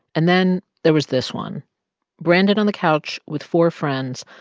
and then there was this one brandon on the couch with four friends,